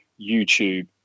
YouTube